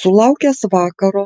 sulaukęs vakaro